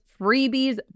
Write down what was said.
freebies